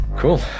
Cool